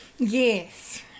Yes